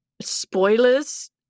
spoilers